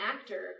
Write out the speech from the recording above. actor